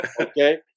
okay